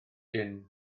jin